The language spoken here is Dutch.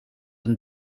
een